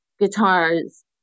guitars